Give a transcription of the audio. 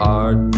art